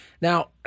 Now